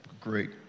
Great